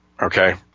Okay